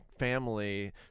Family